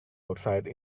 outside